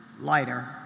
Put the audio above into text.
lighter